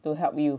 to help you